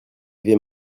avait